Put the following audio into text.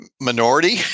minority